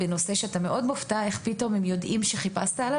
בנושא שאתה מאוד מופתע מכך שהם יודעים שדיברת עליו?